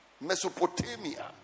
mesopotamia